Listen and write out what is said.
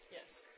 Yes